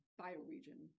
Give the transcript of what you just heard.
bioregion